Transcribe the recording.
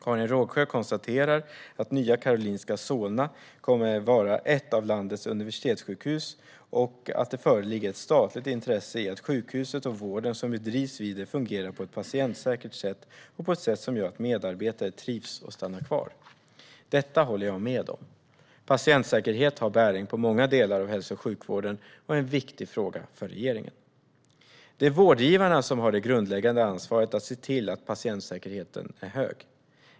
Karin Rågsjö konstaterar att Nya Karolinska Solna kommer att vara ett av landets universitetssjukhus och att det föreligger ett statligt intresse i att sjukhuset och vården som bedrivs vid det fungerar på ett patientsäkert sätt och på ett sätt som gör att medarbetare trivs och stannar kvar. Detta håller jag med om. Patientsäkerhet har bäring på många delar av hälso och sjukvården och är en viktig fråga för regeringen. Det är vårdgivarna som har det grundläggande ansvaret att se till att patientsäkerheten är hög.